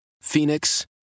Phoenix